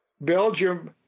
Belgium